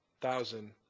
thousand